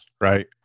right